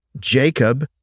Jacob